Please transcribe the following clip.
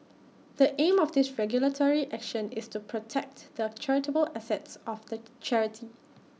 the aim of this regulatory action is to protect the charitable assets of the charity